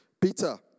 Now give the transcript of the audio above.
Peter